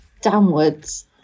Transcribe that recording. downwards